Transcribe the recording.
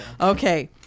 okay